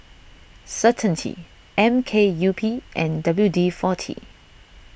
Certainty M K U P and W D forty